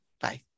bye